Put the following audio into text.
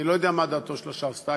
אני לא יודע מה דעתו של השר שטייניץ,